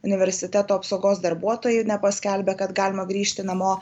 universiteto apsaugos darbuotojai nepaskelbė kad galima grįžti namo